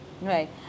Right